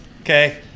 okay